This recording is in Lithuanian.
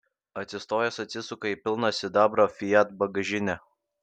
atsistojęs atsisuka į pilną sidabro fiat bagažinę